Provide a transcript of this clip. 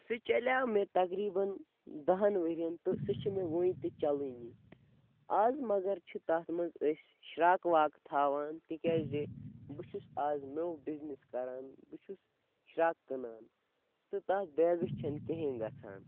سُہ چَلیو مےٚ تَقریٖباً دَہن ؤرِیَن تہٕ سُہ چھِ مےٚ وٕنۍ تہِ چَلٲنی آز مگر چھِ تَتھ منٛز أسۍ شرٛاکہٕ واکہٕ تھاوان تِکیٛازِ بہٕ چھُس آز نٔو بِزنِس کَران بہٕ چھُس شرٛاکہٕ کٕنان تہٕ تَتھ بیگس چھَنہٕ کِہیٖنۍ گَژھان